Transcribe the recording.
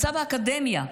מצב האקדמיה,